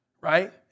right